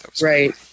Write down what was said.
Right